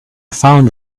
found